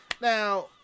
Now